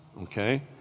Okay